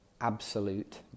absolute